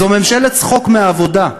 זו ממשלת צחוק מהעבודה,